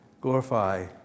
glorify